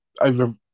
over